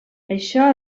això